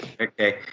Okay